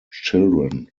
children